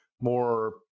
more